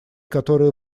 которые